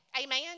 Amen